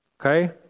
okay